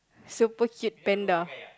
super heat than the